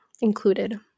included